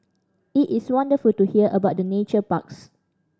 it is wonderful to hear about the nature parks